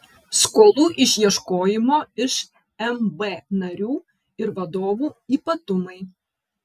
skolų išieškojimo iš mb narių ir vadovų ypatumai